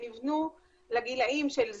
שנבנו לגילאים של ז'